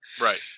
Right